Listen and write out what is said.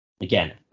again